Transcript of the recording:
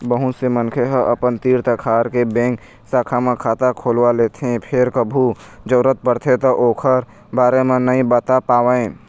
बहुत से मनखे ह अपन तीर तखार के बेंक शाखा म खाता खोलवा लेथे फेर कभू जरूरत परथे त ओखर बारे म नइ बता पावय